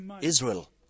Israel